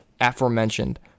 aforementioned